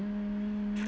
mm